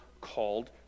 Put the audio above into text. called